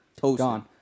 gone